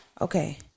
okay